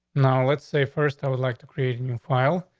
now, let's say first, i would like to create a new file.